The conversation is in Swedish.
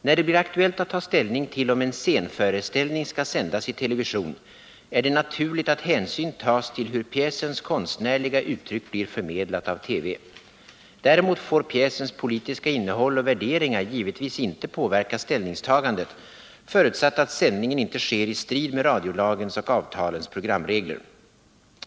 När det blir aktuellt att ta ställning till om en scenföreställning skall sändas itelevision är det naturligt att hänsyn tas till hur pjäsens konstnärliga uttryck blir förmedlat av TV. Däremot får pjäsens politiska innehåll och värderingar givetvis inte påverka ställningstagandet, förutsatt att sändningen inte sker i strid med radiolagens och avtalens programregler.